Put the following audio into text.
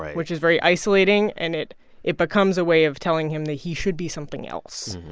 which is very isolating. and it it becomes a way of telling him that he should be something else.